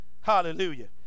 hallelujah